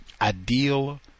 ideal